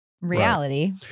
reality